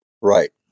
Right